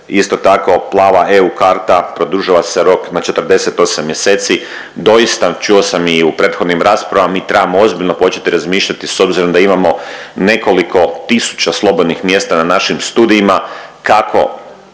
isto tako plava EU karta produžava se rok na 48 mjeseci. Doista čuo sam i u prethodnim raspravama, mi trebamo ozbiljno početi razmišljati s obzirom da imamo nekoliko tisuća slobodnih mjesta na našim studijima,